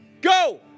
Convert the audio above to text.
Go